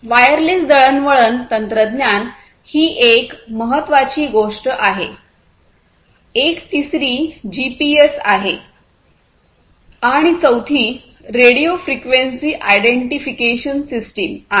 wireless दळणवळण तंत्रज्ञान ही एक महत्वाची गोष्ट आहे एक तिसरी जीपीएस आहे आणि चौथी रेडिओ फ्रिक्वेन्सी आयडेंटिफिकेशन सिस्टम आहे